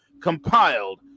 compiled